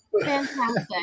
fantastic